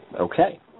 Okay